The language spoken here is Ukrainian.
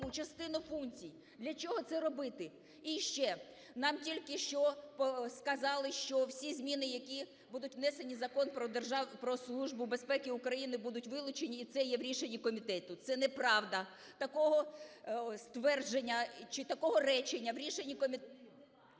частину функцій? Для чого це робити? І ще нам тільки-що сказали, що всі зміни, які будуть внесені в Закон "Про Службу безпеки України", будуть вилучені і це є в рішенні комітету. Це неправда, такого ствердження чи такого речення у рішенні комітету